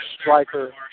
Striker